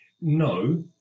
No